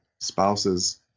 spouses